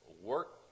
work